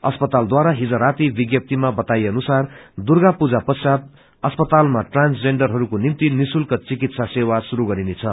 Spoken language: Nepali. अस्पतालद्वारा हिज जारी विज्ञप्तीमा बताइए अनुसार दुर्गा पूजा पश्चात् अस्पतालमा ट्रान्सजेन्डरहरूको निम्ति निशूल्क चिकित्सा सेवा शुरू गरिनेछ